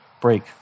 break